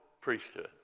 priesthood